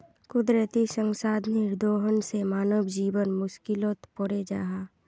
कुदरती संसाधनेर दोहन से मानव जीवन मुश्कीलोत पोरे जाहा